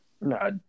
No